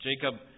Jacob